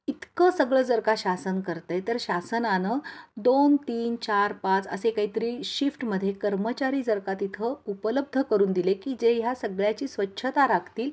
इतकं सगळं जर का शासन करतं आहे तर शासनानं दोन तीन चार पाच असे काहीतरी शिफ्टमध्ये कर्मचारी जर का तिथं उपलब्ध करून दिले की जे ह्या सगळ्याची स्वच्छता राखतील